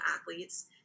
athletes